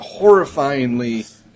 horrifyingly